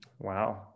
Wow